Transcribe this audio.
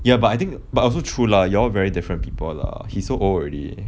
ya but I think but also true lah you all very different people lah he so old already